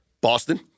Boston